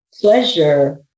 pleasure